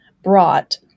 brought